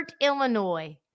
Illinois